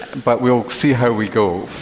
but we'll see how we go.